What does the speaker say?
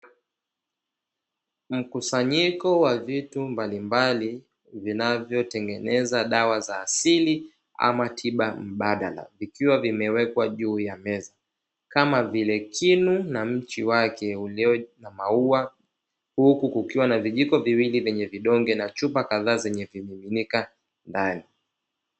Mkusanyiko wa vitu mbalimbali vinavyotengeneza dawa za asili ama tiba mbadala vikiwa vimewekwa juu ya meza kama vile kinu na mchi wake ulio na maua huku kukiwa na vijiko viwili vyenye vidonge na chupa kadhaa zenye vimiminika ndani.